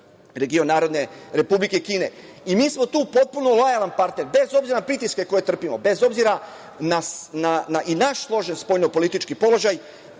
region Narodne Republike Kine. Mi smo tu potpuno lojalan partner, bez obzira na pritiske koje trpimo, bez obzira na i naš složen spoljnopolitički položaj,